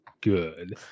good